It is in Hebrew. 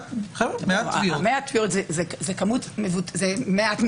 זה מעט מאוד.